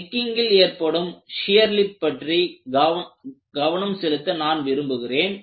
நெக்கிங்கில் ஏற்படும் shear lip பற்றி கவனம் செலுத்த நான் விரும்புகிறேன்